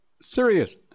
Serious